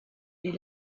est